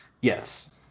Yes